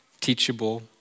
teachable